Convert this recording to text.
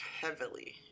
heavily